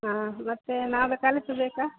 ಹಾಂ ಮತ್ತು ನಾವೇ ಕಳಿಸಬೇಕಾ